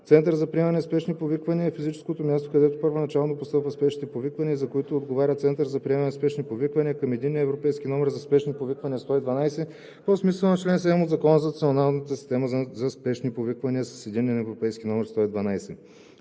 „Център за приемане на спешни повиквания“ е физическото място, където първоначално постъпват спешните повиквания и за което отговаря център за приемане на спешни повиквания към единния европейски номер за спешни повиквания 112 по смисъла на чл. 7 от Закона за Националната система за спешни повиквания с единен европейски номер 112.“